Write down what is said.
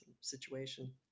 situation